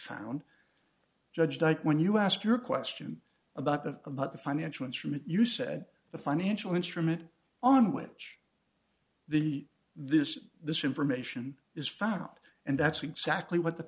found judged like when you ask your question about the about the financial instrument you said the financial instrument on which the this this information is found and that's exactly what the